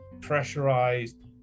pressurized